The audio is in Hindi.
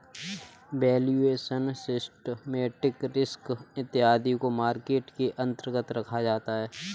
वैल्यूएशन, सिस्टमैटिक रिस्क इत्यादि को मार्केट के अंतर्गत रखा जाता है